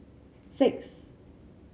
six